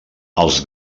els